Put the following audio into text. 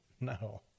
No